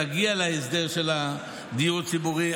נגיע להסדר של הדיור הציבורי,